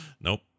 Nope